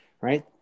right